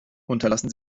unterlassen